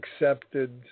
accepted